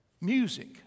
Music